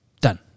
Done